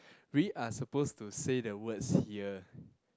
we are supposed to say the words here